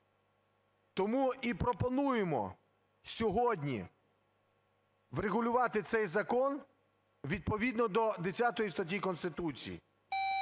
Тому і пропонуємо сьогодні врегулювати цей закон відповідно до 10 статті Конституції,